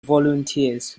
volunteers